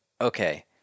okay